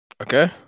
Okay